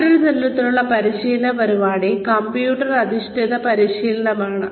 മറ്റൊരു തരത്തിലുള്ള പരിശീലന പരിപാടി കമ്പ്യൂട്ടർ അധിഷ്ഠിത പരിശീലനമാണ്